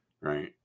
right